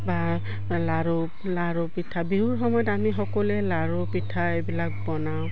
বা লাৰু লাৰু পিঠা বিহুৰ সময়ত আমি সকলোৱে লাৰু পিঠা এইবিলাক বনাওঁ